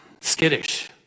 skittish